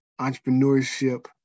entrepreneurship